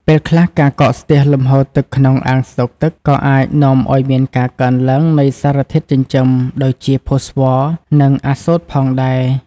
ពេលខ្លះការកកស្ទះលំហូរទឹកក្នុងអាងស្តុកទឹកក៏អាចនាំឱ្យមានការកើនឡើងនៃសារធាតុចិញ្ចឹមដូចជា ផូស្វ័រ និងអាសូតផងដែរ។